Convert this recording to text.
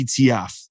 ETF